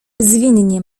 zwinnie